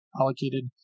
allocated